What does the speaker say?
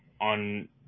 on